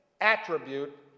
attribute